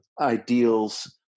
ideals